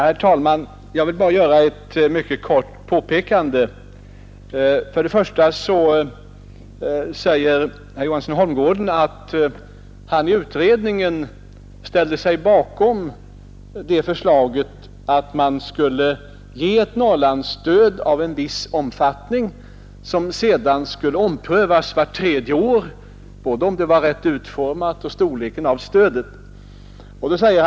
Herr talman! Jag vill bara göra ett mycket kort påpekande. Herr Johansson i Holmgården säger att han i utredningen om Norrlandsstödet ställde sig bakom förslaget att man skulle ge ett stöd av en viss omfattning, och sedan skulle man vart tredje år ompröva både om det var rätt utformat och om storleken var den lämpliga.